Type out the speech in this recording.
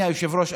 אדוני היושב-ראש,